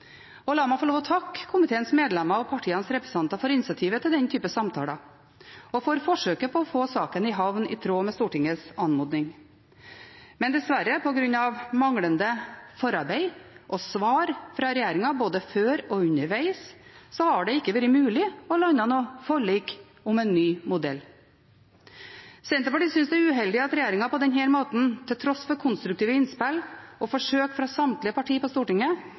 Og la meg få lov til å takke komiteens medlemmer og partienes representanter for initiativet til den typen samtaler og for forsøket på å få saken i havn i tråd med Stortingets anmodning. Men dessverre har det ikke – på grunn av manglende forarbeid og svar fra regjeringen, både før og underveis – vært mulig å lande noe forlik om en ny modell. Senterpartiet synes det er uheldig at regjeringen på denne måten, til tross for konstruktive innspill og forsøk fra samtlige partier på Stortinget,